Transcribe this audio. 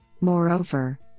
Moreover